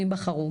אם בחרו,